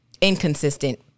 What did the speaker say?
inconsistent